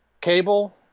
cable